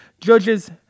judges